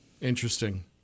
Interesting